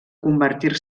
convertir